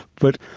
but